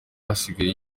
asigaye